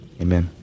amen